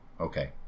Okay